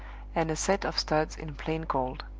and a set of studs in plain gold.